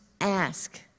ask